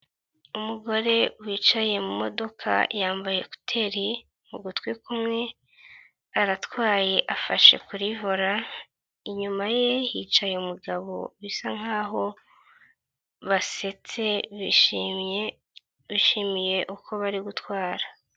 Umugore wicaye mu modoka, yambaye hoteri mu gutwi kumwe, aratwaye, afashe kuri vola, inyuma ye hicaye umugabo bisa nkaho basetse, bishimye, bishimiye uko bari gutwara.